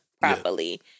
properly